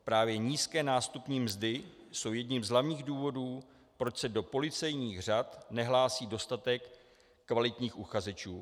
Právě nízké nástupní mzdy jsou jedním z hlavních důvodů, proč se do policejních řad nehlásí dostatek kvalitních uchazečů.